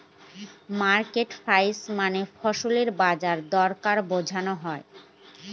market price মানে ফসলের বাজার দরকে বোঝনো হয়